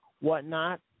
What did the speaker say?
whatnot